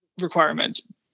requirement